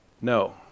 No